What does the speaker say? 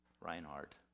Reinhardt